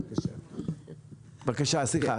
בבקשה, סליחה.